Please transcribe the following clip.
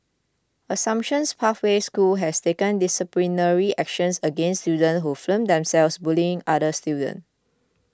Assumptions Pathway School has taken disciplinary actions against students who filmed themselves bullying another student